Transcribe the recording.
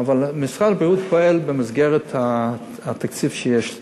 אבל משרד הבריאות פועל במסגרת התקציב שיש לו.